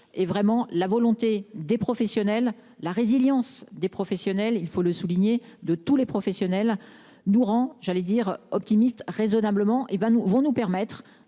et vraiment la volonté des professionnels la résilience des professionnels, il faut le souligner, de tous les professionnels durant, j'allais dire optimiste raisonnablement et va nous pouvons